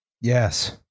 Yes